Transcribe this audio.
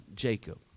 Jacob